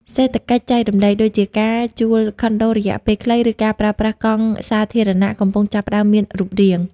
សេដ្ឋកិច្ចចែករំលែក ដូចជាការជួលខុនដូរយៈពេលខ្លី ឬការប្រើប្រាស់កង់សាធារណៈ កំពុងចាប់ផ្ដើមមានរូបរាង។